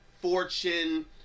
Fortune